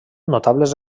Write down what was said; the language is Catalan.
notables